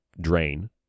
drain